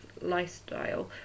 lifestyle